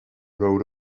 rode